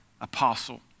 apostle